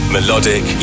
Melodic